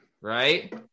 right